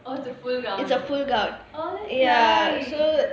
oh it's a full gown ah oh that's nice